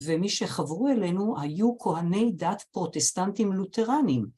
ומי שחברו אלינו היו כהני דת פרוטסטנטים לותרנים.